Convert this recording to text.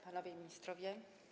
Panowie Ministrowie!